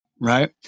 right